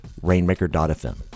rainmaker.fm